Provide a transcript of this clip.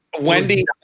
Wendy